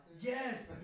Yes